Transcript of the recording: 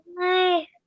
Hi